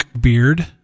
Beard